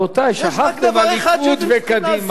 יש רק דבר אחד שאתם צריכים לעשות.